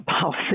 policy